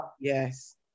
Yes